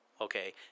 okay